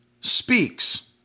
speaks